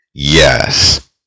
Yes